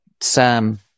sam